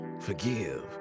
forgive